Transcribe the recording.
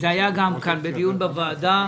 הוא עלה גם כאן בדיון בוועדה,